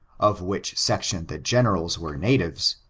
of which section the generals were natives,